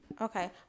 Okay